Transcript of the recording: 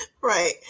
right